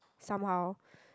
somehow